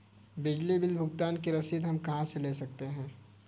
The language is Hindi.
बिजली बिल भुगतान की रसीद हम कहां से ले सकते हैं?